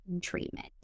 treatment